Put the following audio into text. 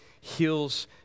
heals